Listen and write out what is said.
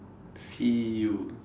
feel